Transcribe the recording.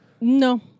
No